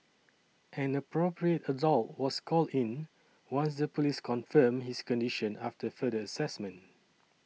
an Appropriate Adult was called in once the police confirmed his condition after further assessment